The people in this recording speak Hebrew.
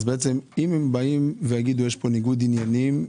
אם באים ואומרים שיש פה ניגוד עניינים,